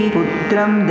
Putram